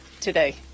today